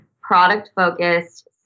product-focused